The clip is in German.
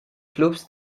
clubs